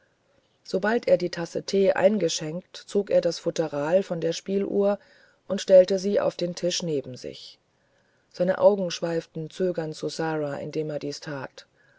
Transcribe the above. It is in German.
sobald er die tasse tee eingeschenkt zog er das futteral von der spieluhr und stellte sie auf dentischnebensich seineaugenschweiftenzögerndaufsara indemerdiestat er